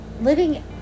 Living